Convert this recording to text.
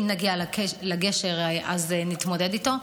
אם נגיע לגשר, נתמודד איתו.